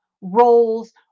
roles